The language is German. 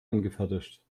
angefertigt